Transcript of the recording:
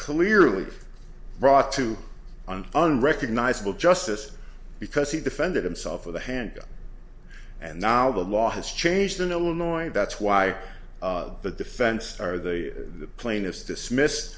clearly brought to an unrecognizable justice because he defended himself with a handgun and now the law has changed in illinois and that's why the defense or the plaintiffs dismissed